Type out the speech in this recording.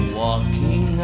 walking